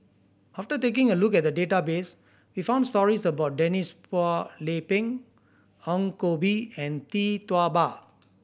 after taking a look at the database we found stories about Denise Phua Lay Peng Ong Koh Bee and Tee Tua Ba